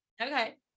Okay